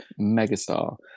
megastar